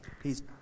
Please